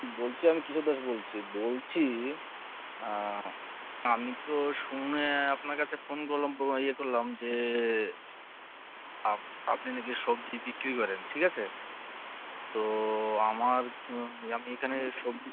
বলছি আমি কিশোর দাস বলছি বলছি আমি তো শুনে আপনার কাছে ফোন করলাম পো ইয়ে করলাম যে আপ আপনি নাকি সবজি বিক্রি করেন ঠিক আছে তো আমার আমি এখানে সবজি